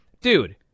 dude